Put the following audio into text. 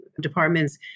departments